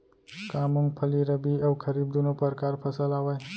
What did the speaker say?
का मूंगफली रबि अऊ खरीफ दूनो परकार फसल आवय?